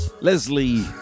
leslie